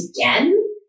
again